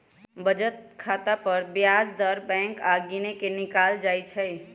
बचत खता पर ब्याज दर बैंक द्वारा गिनके निकालल जाइ छइ